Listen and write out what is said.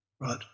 right